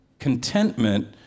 contentment